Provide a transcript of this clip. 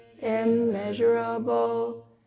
immeasurable